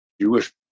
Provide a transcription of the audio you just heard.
Jewish